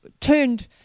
turned